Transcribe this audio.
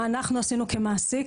מה אנחנו עשינו כמעסיק.